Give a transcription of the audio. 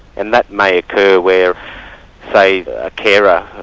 and that may occur where say a carer,